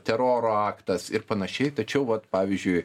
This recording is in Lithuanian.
teroro aktas ir panašiai tačiau vat pavyzdžiui